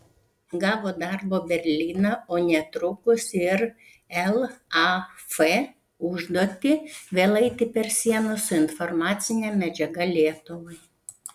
gavo darbo berlyne o netrukus ir laf užduotį vėl eiti per sieną su informacine medžiaga lietuvai